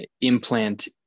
implant